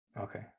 okay